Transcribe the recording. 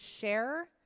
share